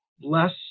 less